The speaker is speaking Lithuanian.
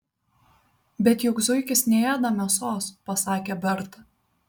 bet juk zuikis neėda mėsos pasakė berta